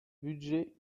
budget